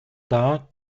dar